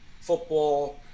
Football